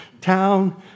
town